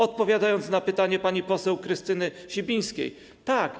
Odpowiadając na pytanie pani poseł Krystyny Sibińskiej: tak.